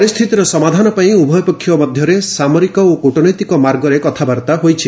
ପରିସ୍ଥିତିର ସମାଧାନ ପାଇଁ ଉଭୟପକ୍ଷ ମଧ୍ୟରେ ସାମରିକ ଓ କୂଟନୈତିକ ମାର୍ଗରେ କଥାବାର୍ତ୍ତା ହୋଇଛି